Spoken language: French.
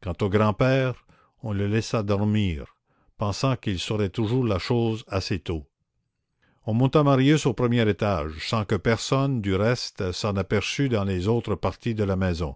quant au grand-père on le laissa dormir pensant qu'il saurait toujours la chose assez tôt on monta marius au premier étage sans que personne du reste s'en aperçût dans les autres parties de la maison